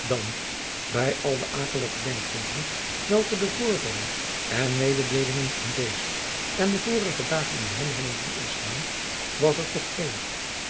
dan bij al de akelige denkbeelden welke de voorvallen en mededeelingen van dezen en de vorige dagen in hem hadden doen ontstaan was er toch een